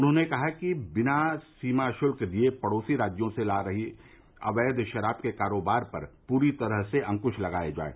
उन्होंने कहा कि दिना सीमा शुल्क दिये पड़ोसी राज्यों से लाई जा रही अवैघ शराब के कारोबार पर पूरी तरह से अंकुश लगाया जाये